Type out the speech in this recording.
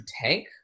tank